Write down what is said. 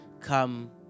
come